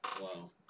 Wow